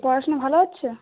পড়াশোনা ভালো হচ্ছে